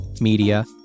media